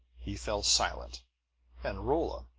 he fell silent and rolla,